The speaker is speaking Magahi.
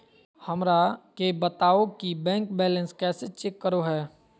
हमरा के बताओ कि बैंक बैलेंस कैसे चेक करो है?